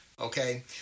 okay